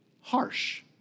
harsh